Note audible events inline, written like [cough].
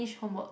[breath]